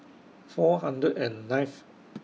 four hundred and nineth